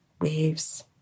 waves